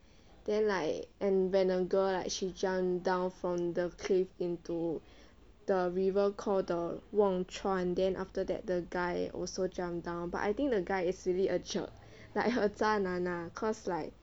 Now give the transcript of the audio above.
then like and when the girl like she jumped down from the cliff into the river called the 忘川 then after that the guy also jump down but I think the guy is really a jerk like 很渣男 ah cause like